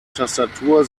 tastatur